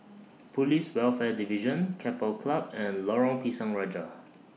Police Welfare Division Keppel Club and Lorong Pisang Raja